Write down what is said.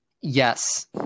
Yes